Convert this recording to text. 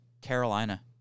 Carolina